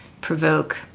provoke